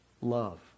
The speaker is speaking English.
Love